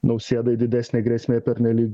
nausėdai didesnė grėsmė pernelyg